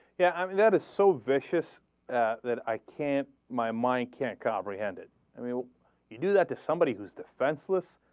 yeah i mean that is so precious ah. than i cant my mind can't comprehend it i mean you do that if somebody who's defenseless